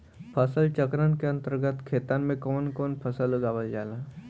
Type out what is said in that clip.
फसल चक्रण के अंतर्गत खेतन में कवन कवन फसल उगावल जाला?